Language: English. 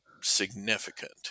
significant